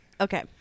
Okay